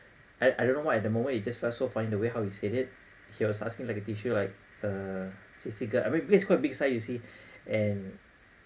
I I don't know why at that moment we just felt so funny the way how he said it he was asking like a tissue like uh see see ga~ I mean he is quite big size you see and